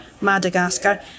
Madagascar